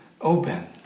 open